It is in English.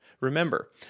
Remember